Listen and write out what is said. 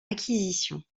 acquisition